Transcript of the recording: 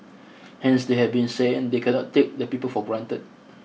hence they have been saying they cannot take the people for granted